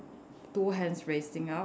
two hands raising up